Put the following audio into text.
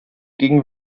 gegen